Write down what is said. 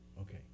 Okay